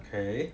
okay